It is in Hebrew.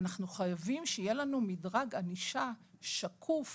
אנחנו חייבים שיהיה לנו מדרג ענישה שקוף,